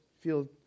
feel